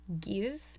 give